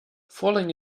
falling